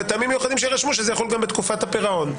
וטעמים מיוחדים שיירשמו שזה יכול גם בתקופת הפירעון.